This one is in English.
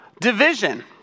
division